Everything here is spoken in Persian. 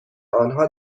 آنها